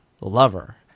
lover